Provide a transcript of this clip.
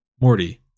Morty